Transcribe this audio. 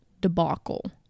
debacle